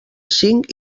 cinc